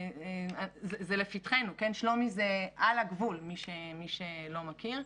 זה לפתחנו, שלומי זה על הגבול, מי שלא מכיר.